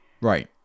Right